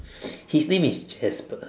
his name is jasper